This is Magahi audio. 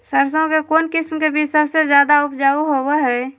सरसों के कौन किस्म के बीच सबसे ज्यादा उपजाऊ होबो हय?